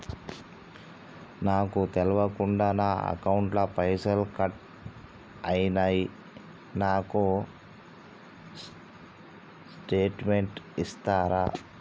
నాకు తెల్వకుండా నా అకౌంట్ ల పైసల్ కట్ అయినై నాకు స్టేటుమెంట్ ఇస్తరా?